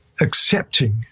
accepting